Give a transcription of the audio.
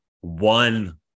one